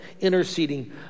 interceding